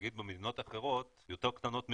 נגיד במדינות אחרות, יותר קטנות משלנו,